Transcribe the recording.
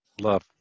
Love